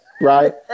Right